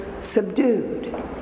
subdued